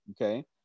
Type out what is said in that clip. okay